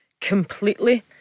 completely